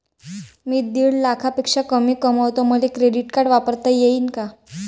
मी दीड लाखापेक्षा कमी कमवतो, मले क्रेडिट कार्ड वापरता येईन का?